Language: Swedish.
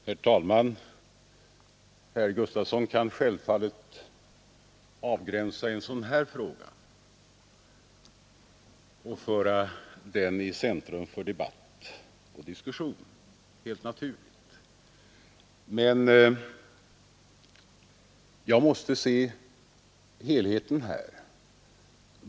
Herr talman! Herr Gustavsson i Alvesta kan självfallet avgränsa en sådan här frågaoch föra den i centrum för debatt och diskussion. Men jag måste se till helheten i detta sammanhang.